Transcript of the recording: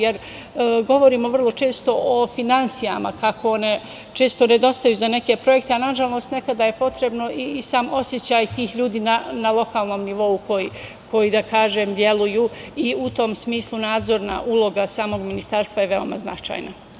Jer, govorimo vrlo često o finansijama, kako one često nedostaju za neke projekte, a nažalost nekada je potreban i sam osećaj tih ljudi na lokalnom nivou koji deluju i utom smislu nadzorna uloga samog ministarstva je veoma značajna.